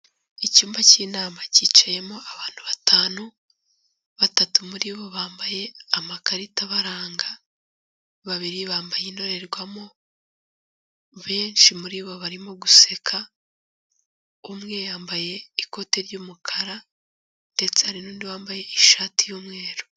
Icyumba cy'inama cyicayemo abantu batanu, batatu muri bo bambaye amakarita abaranga, babiri bambaye indorerwamo, benshi muri bo barimo guseka, umwe yambaye ikote ry'umukara ndetse hari n'undi wambaye ishati y'umweru.